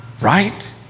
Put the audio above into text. Right